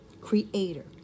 creator